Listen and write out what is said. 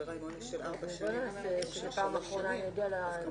ברור שאף אחד לא יחשוב שבגלל החשוד.